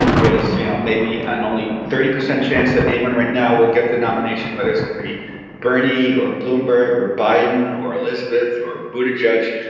there's, you know, maybe an only thirty percent chance that anyone right now will get the nomination, whether it's going to be bernie or bloomberg or biden or elizabeth or buddha judge.